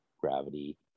gravity